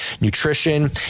nutrition